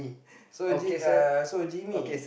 so ji~ uh so Jimmy